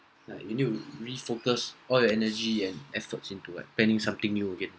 like you need to refocus all your energy and efforts into like planning something new again